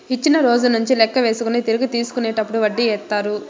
ఇచ్చిన రోజు నుంచి లెక్క వేసుకొని తిరిగి తీసుకునేటప్పుడు వడ్డీ ఏత్తారు